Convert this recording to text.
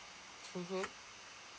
mmhmm